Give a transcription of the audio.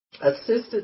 Assisted